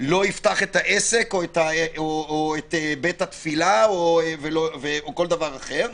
לא יפתח את העסק או את בית התפילה או כל דבר אחר,